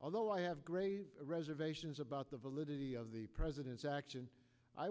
although i have grave reservations about the validity of the president's action i